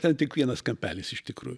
ten tik vienas kampelis iš tikrųjų